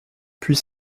puis